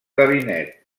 gabinet